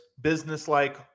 business-like